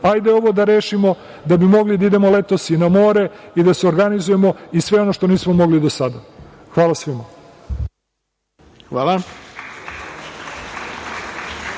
hajde ovo da rešimo da bi mogli da idemo letos i na more i da se organizujemo i sve ono što nismo mogli do sada. Hvala svima. **Ivica